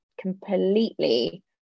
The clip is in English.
completely